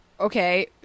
Okay